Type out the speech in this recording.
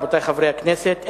רבותי חברי הכנסת,